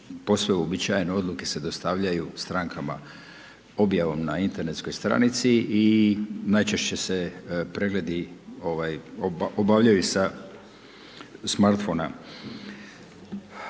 posve uobičajen, odluke se dostavljaju strankama objavom na internetskoj stranici i najčešće se pregledi obavljaju sa smart phonea.